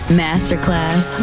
masterclass